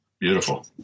Beautiful